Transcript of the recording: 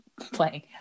playing